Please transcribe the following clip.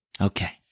Okay